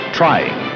trying